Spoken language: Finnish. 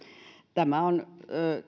tämä on